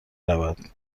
رود